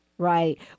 Right